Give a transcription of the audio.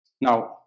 Now